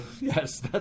Yes